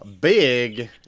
big